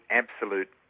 absolute